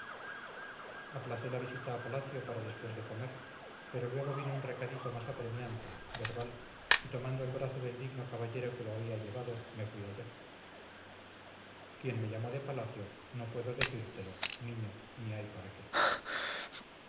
cornetas aplacé la visita a palacio para después de comer pero luego vino un recadito más apremiante verbal y tomando el brazo del digno caballero que lo había llevado me fui allá quién me llamó de palacio no puedo decírtelo niño ni hay para qué